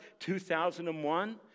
2001